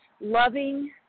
loving